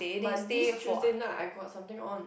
but this Tuesday night I got something on